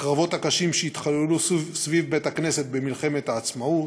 הקרבות הקשים שהתחוללו סביב בית-הכנסת במלחמת העצמאות,